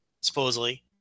supposedly